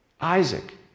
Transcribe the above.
Isaac